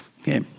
Okay